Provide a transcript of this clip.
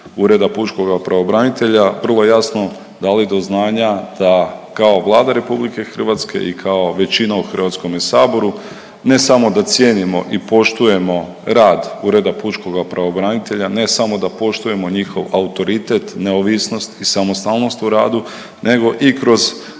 Ureda pučkoga pravobranitelja vrlo jasno dali do znanja da kao Vlada RH i kao većina u Hrvatskom saboru ne samo da cijenimo i poštujemo rad Ureda pučkoga pravobranitelja, ne samo da poštujemo njihov autoritet, neovisnost i samostalnost u radu nego i kroz